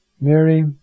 Mary